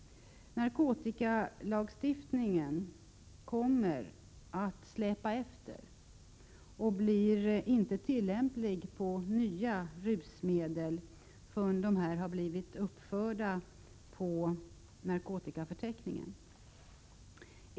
Narkotikalagstiftningen kommer att släpa efter och blir inte tillämplig på nya rusmedel förrän dessa blivit uppförda på narkotikaförteckningen.